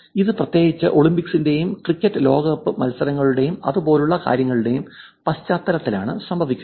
ഇത് പ്രത്യേകിച്ച് ഒളിമ്പിക്സിന്റെയും ക്രിക്കറ്റ് ലോകകപ്പു മത്സരങ്ങളുടെയും അതുപോലുള്ള കാര്യങ്ങളുടെയും പശ്ചാത്തലത്തിലാണ് സംഭവിക്കുന്നത്